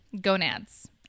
Gonads